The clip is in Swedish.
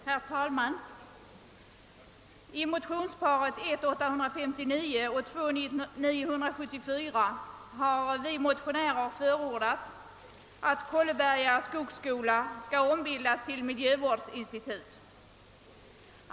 Herr talman! I motionsparet 1I1:859 och iI:974 förordar vi motionärer att Kolleberga skogsskola skall ombildas till miljövårdsinstitut.